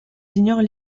ignorent